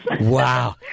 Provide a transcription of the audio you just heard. Wow